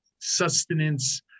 sustenance